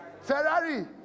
Ferrari